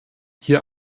hier